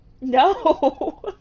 No